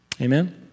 Amen